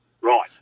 Right